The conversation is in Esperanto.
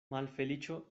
malfeliĉo